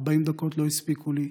40 דקות לא הספיקו לי.